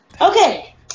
Okay